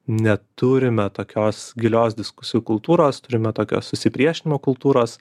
neturime tokios gilios diskusijų kultūros turime tokio susipriešinimo kultūros